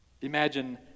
Imagine